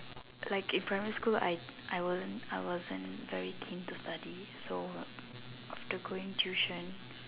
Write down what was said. like in primary school I wasn't very keen to study so fast going tuition